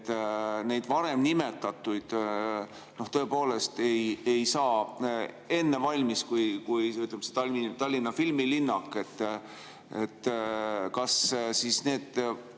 need varem nimetatud tõepoolest ei saa enne valmis kui Tallinna filmilinnak? Kas siis need